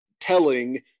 telling